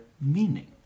meaning